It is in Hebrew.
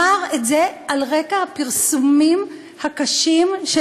הוא אמר את זה על רקע הפרסומים הקשים של